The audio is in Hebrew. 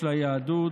של היהדות.